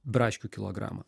braškių kilogramą